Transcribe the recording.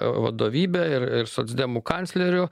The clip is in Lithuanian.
vadovybe ir ir socdemų kancleriu